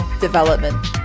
development